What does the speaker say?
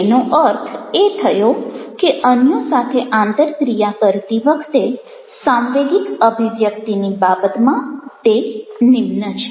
તેનો અર્થ એ થયો કે અન્યો સાથે આંતરક્રિયા કરતી વખતે સાંવેગિક અભિવ્યક્તિની બાબતમાં તે નિમ્ન છે